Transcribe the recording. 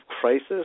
crisis